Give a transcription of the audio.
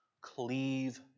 cleave